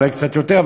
אולי קצת יותר,